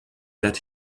that